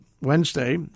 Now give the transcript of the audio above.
Wednesday